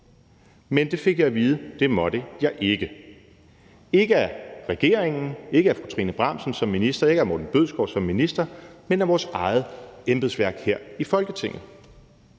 Men det fik jeg at vide at jeg ikke måtte; ikke af regeringen, ikke af fru Trine Bramsen som minister, ikke af hr. Morten Bødskov som minister, men af vores eget embedsværk her i Folketinget.